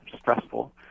stressful